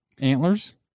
antlers